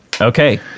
Okay